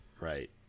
Right